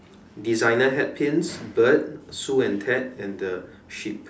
designer hat pins bird Sue and Ted and the sheep